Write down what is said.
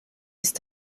ist